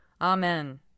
Amen